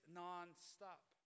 nonstop